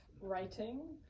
writing